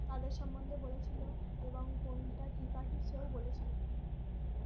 তাদের সম্বন্ধে বলেছিল এবং কোনটা কী পাখি সেও বলেছিল